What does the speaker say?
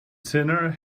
sinner